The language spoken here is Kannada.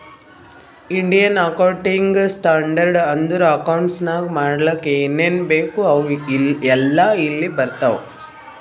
ಇಂಡಿಯನ್ ಅಕೌಂಟಿಂಗ್ ಸ್ಟ್ಯಾಂಡರ್ಡ್ ಅಂದುರ್ ಅಕೌಂಟ್ಸ್ ನಾಗ್ ಮಾಡ್ಲಕ್ ಏನೇನ್ ಬೇಕು ಅವು ಎಲ್ಲಾ ಇಲ್ಲಿ ಇರ್ತಾವ